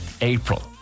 April